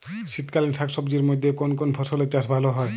শীতকালীন শাকসবজির মধ্যে কোন কোন ফসলের চাষ ভালো হয়?